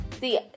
See